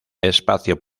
espacio